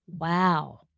wow